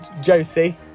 Josie